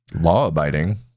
Law-abiding